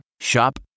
Shop